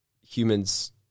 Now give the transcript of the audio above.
humans